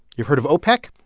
you've heard of opec.